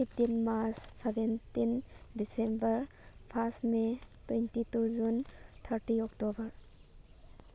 fifteen March seventeen December first may twenty two June thirty October